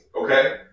okay